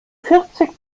vierzig